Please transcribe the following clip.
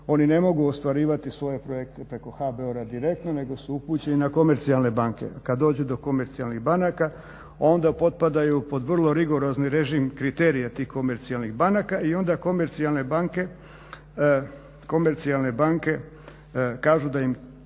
oni ne mogu ostvarivati svoje projekte preko HBOR-a direktno nego su upućeni na komercijalne banke. A kad dođu do komercijalnih banaka onda potpadaju pod vrlo rigorozni režim kriterija tih komercijalnih banaka i onda komercijalne banke kažu da im